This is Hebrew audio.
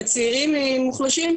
אחר צהריים טובים לכולם.